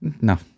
No